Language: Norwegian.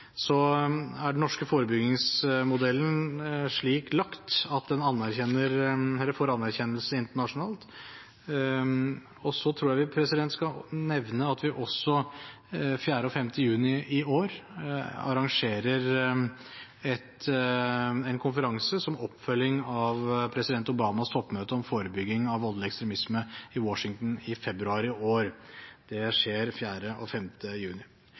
Den norske forebyggingsmodellen er slik laget at den får anerkjennelse internasjonalt. Jeg tror jeg skal nevne at vi 4. og 5. juni i år arrangerer en konferanse, som oppfølging av president Obamas toppmøte om forebygging av voldelig ekstremisme i Washington i februar i år. Dette skjer altså 4. og 5. juni.